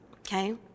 okay